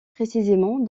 précisément